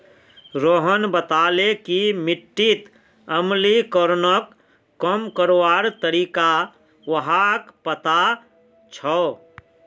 रोहन बताले कि मिट्टीत अम्लीकरणक कम करवार तरीका व्हाक पता छअ